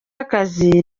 akazi